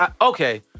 okay